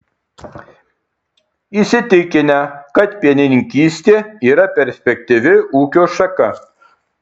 įsitikinę kad pienininkystė yra perspektyvi ūkio šaka